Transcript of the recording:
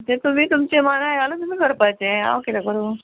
तुमी तुमचें मनाय घालून तुमी करपाचें हांव किदें करूं